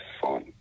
fun